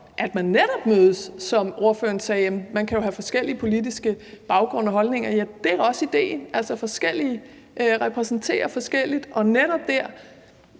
at man netop mødes. Som ordføreren sagde, kan man jo have forskellige politiske baggrunde og holdninger – ja, det er også ideen, altså at repræsentere noget forskelligt og netop dér